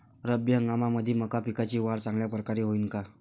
रब्बी हंगामामंदी मका पिकाची वाढ चांगल्या परकारे होईन का?